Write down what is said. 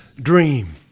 Dream